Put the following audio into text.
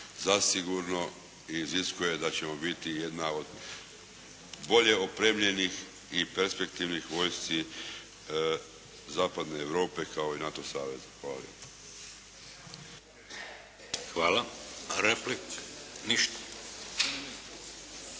zasigurno iziskuje da ćemo biti jedna od bolje opremljenih i perspektivnih vojsci Zapadne Europe kao i NATO Saveza. Hvala lijepa. **Šeks, Vladimir (HDZ)** Hvala.